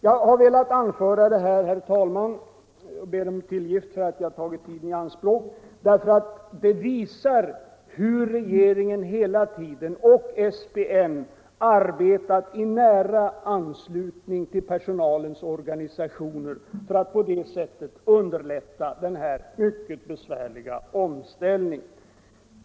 Jag har, herr talman, velat anföra detta — jag ber om tillgift för att jag tagit tiden i anspråk — därför att det visar att regeringen och SPN hela tiden arbetat i nära anslutning till personalens organisationer för att på det sättet underlätta denna mycket besvärliga omställning.